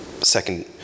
second